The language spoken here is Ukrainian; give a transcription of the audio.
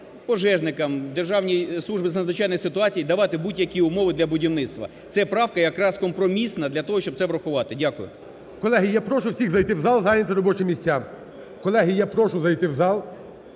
пожежникам, Державній службі надзвичайних ситуацій давати будь-які умови для будівництва, це правка якраз компромісна для того, щоб це врахувати. Дякую. ГОЛОВУЮЧИЙ. Колеги, я прошу всіх зайти в зал і зайняти робочі місця. Колеги, я прошу зайти в зал,